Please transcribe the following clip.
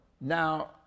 Now